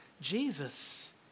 Jesus